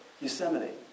Yosemite